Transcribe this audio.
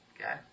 Okay